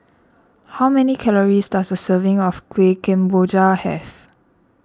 how many calories does a serving of Kueh Kemboja have